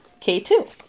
k2